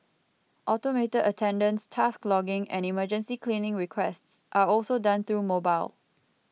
automated attendance task logging and emergency cleaning requests are also done through mobile